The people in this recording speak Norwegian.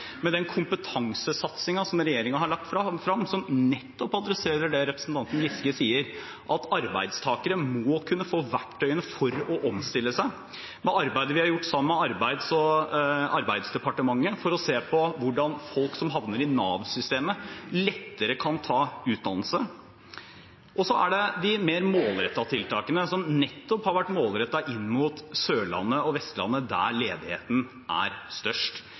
den kompetansesatsingen som regjeringen har lagt frem, som nettopp adresserer det som representanten Giske sier om at arbeidstakere må kunne få verktøyene for å omstille seg, og arbeidet vi har gjort sammen med Arbeidsdepartementet for å se på hvordan folk som havner i Nav-systemet, lettere kan ta utdannelse. Så er det de mer målrettede tiltakene nettopp inn mot Sørlandet og Vestlandet, der ledigheten er størst